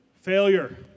Failure